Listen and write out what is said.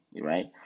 right